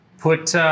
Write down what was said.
put